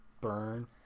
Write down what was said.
Burn